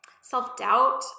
self-doubt